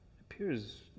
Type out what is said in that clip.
appears